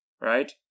right